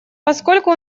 поскольку